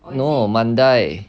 no mandai